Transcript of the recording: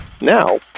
now